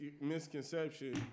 misconception